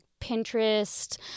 Pinterest